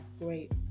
great